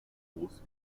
groß